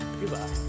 Goodbye